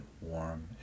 warm